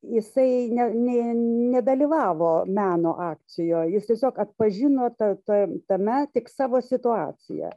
jisai ne ne nedalyvavo meno akcijoj jis tiesiog atpažino tą toj tame tik savo situaciją